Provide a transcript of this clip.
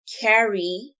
carry